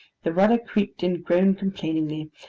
the rudder creaked and groaned complainingly,